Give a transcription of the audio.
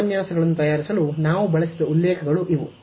ಈ ಉಪನ್ಯಾಸಗಳನ್ನು ತಯಾರಿಸಲು ನಾವು ಬಳಸಿದ ಉಲ್ಲೇಖಗಳು ಇವು